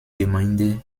gemeinde